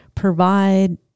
Provide